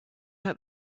had